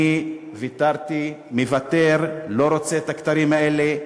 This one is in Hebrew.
אני ויתרתי, מוותר, לא רוצה את הכתרים האלה.